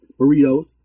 Burritos